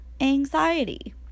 anxiety